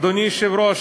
אדוני היושב-ראש,